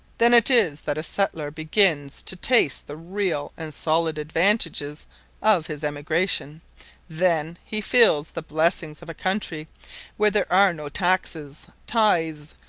then it is that a settler begins to taste the real and solid advantages of his emigration then he feels the blessings of a country where there are no taxes, tithes,